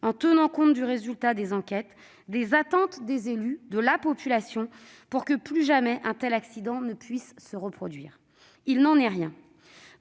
en tenant compte du résultat des enquêtes, des attentes des élus et de la population pour que plus jamais un tel accident ne puisse se reproduire. Il n'en est rien.